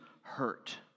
hurt